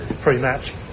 pre-match